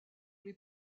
les